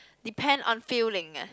depend on feeling ah